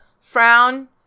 frown